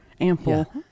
ample